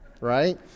right